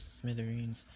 smithereens